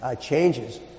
changes